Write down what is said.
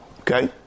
Okay